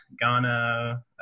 Ghana